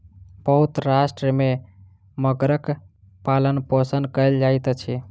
बहुत राष्ट्र में मगरक पालनपोषण कयल जाइत अछि